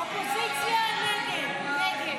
58 בעד, 51 נגד.